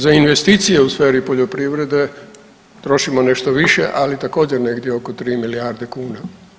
Za investicije u sferi poljoprivrede trošimo nešto više, ali također negdje oko tri milijarde kuna.